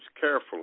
carefully